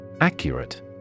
Accurate